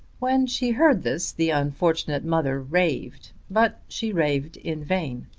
when she heard this the unfortunate mother raved, but she raved in vain.